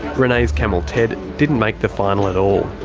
renay's camel ted. didn't make the final at all.